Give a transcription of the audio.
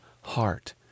heart